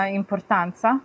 importanza